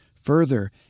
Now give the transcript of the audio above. further